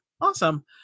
Awesome